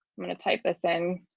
i'm going to type this in.